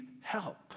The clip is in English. help